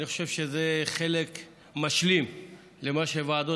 אני חושב שזה חלק משלים למה שוועדות